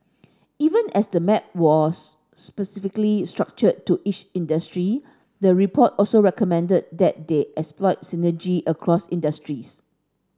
even as the map was specifically structured to each industry the report also recommended that they exploit synergy across industries